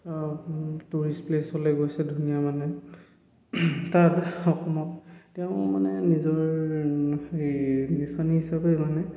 tourist প্লেচলে গৈছে ধুনীয়া মানে তাত অসমত তেওঁ মানে নিজৰ হে নিচানি হিচাপে মানে